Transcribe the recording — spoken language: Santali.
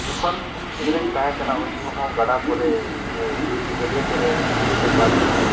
ᱡᱚᱠᱷᱚᱱ ᱤᱧ ᱜᱤᱫᱽᱨᱟᱹᱧ ᱛᱟᱦᱮᱸ ᱠᱟᱱᱟ ᱩᱱ ᱡᱚᱠᱷᱮᱡ ᱦᱚᱸ ᱜᱟᱰᱟ ᱠᱚᱨᱮ ᱥᱮ ᱜᱟᱹᱰᱭᱟᱹ ᱠᱚᱨᱮ ᱟᱹᱰᱤ ᱡᱳᱨᱞᱮ ᱯᱟᱭᱨᱟᱜ ᱛᱟᱦᱮᱸᱫ